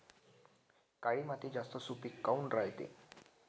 काळी माती जास्त सुपीक काऊन रायते?